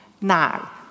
Now